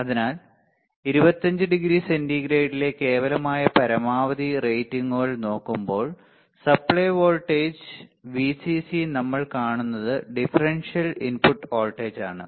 അതിനാൽ 25 ഡിഗ്രി സെന്റിഗ്രേഡിലെ കേവലമായ പരമാവധി റേറ്റിംഗുകൾ നോക്കുമ്പോൾ സപ്ലൈ വോൾട്ടേജ് Vcc നമ്മൾ കാണുന്നത് ഡിഫറൻഷ്യൽ ഇൻപുട്ട് വോൾട്ടേജാണ്